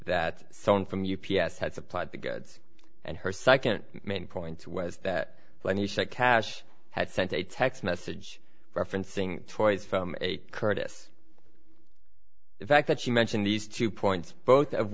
that someone from u p s had supplied the goods and her second main point was that when he said cash had sent a text message referencing toys from curtis the fact that she mentioned these two points both of